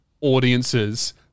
audiences